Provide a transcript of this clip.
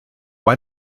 why